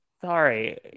Sorry